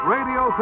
Radio